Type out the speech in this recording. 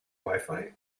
wifi